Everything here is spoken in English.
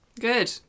good